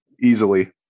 easily